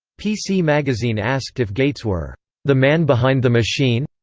pc magazine asked if gates were the man behind the machine,